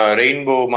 rainbow